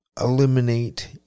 eliminate